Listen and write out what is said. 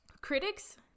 Critics